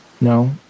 No